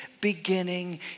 beginning